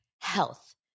health